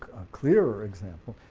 clearer example.